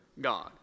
God